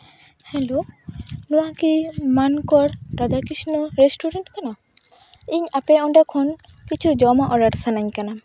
hello ᱱᱚᱣᱟᱠᱤ ᱢᱟᱱᱠᱚᱨ Radhakrishna restaurant ᱠᱟᱱᱟ ᱤᱧ ᱟᱯᱮ ᱚᱸᱰᱮ ᱠᱷᱚᱱ ᱠᱤᱪᱷᱩ ᱡᱚᱢᱟᱜ ᱚᱰᱟᱨ ᱥᱟᱱᱟᱧ ᱠᱟᱱᱟ